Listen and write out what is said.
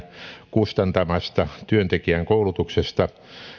kustantamasta työntekijän koulutuksesta